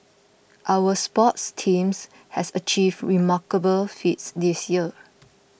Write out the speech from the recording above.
our sports teams have achieved remarkable feats this year